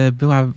była